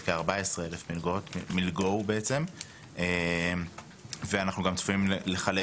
כ-14,000 מילגו ואנחנו גם צפויים לחלק